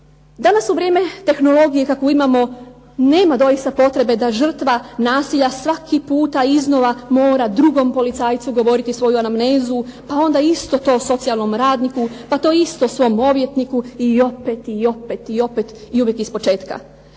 Danas u vrijeme tehnologije kakvu imamo, nema doista potrebe da žrtva nasilja svaki puta iznova mora drugom policajcu govoriti svoju anamnezu, pa onda isto to socijalnom radniku, pa onda isto svom odvjetniku, i opet, i opet i uvijek ispočetka.